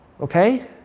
okay